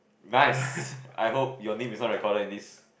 nice I hope your name is not record like this